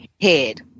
head